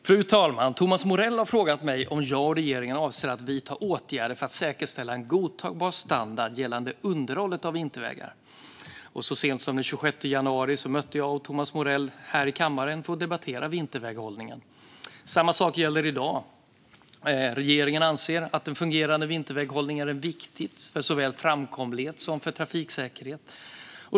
Fru talman! Thomas Morell har frågat mig om jag och regeringen avser att vidta åtgärder för att säkerställa en godtagbar standard gällande underhållet av vintervägar. Så sent som den 26 januari möttes jag och Thomas Morell här i kammaren för att debattera vinterväghållningen. Samma sak gäller i dag: Regeringen anser att en fungerande vinterväghållning är viktig för såväl framkomlighet som trafiksäkerhet.